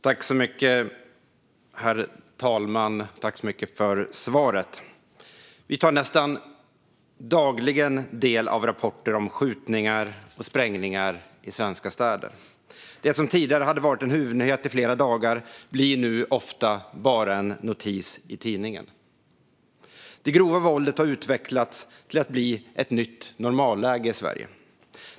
Herr talman! Tack så mycket, statsrådet, för svaret! Vi tar nästan dagligen del av rapporter om skjutningar och sprängningar i svenska städer. Det som tidigare hade varit en huvudnyhet i flera dagar blir nu ofta bara en notis i tidningen. Det grova våldet har utvecklats till att bli ett nytt normalläge i Sverige.